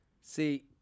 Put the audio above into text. see